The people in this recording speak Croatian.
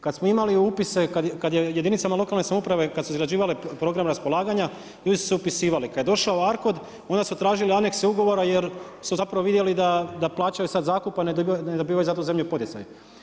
Kada smo imali upise, kada je jedinicama lokalne samouprave, kada su izgrađivale program raspolaganja, ljudi su se upisivali, kada je došao ARKOD onda su tražili anekse ugovora jer su zapravo vidjeli da plaćaju sada zakup a ne dobivaju za to zemlju i poticaj.